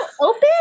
open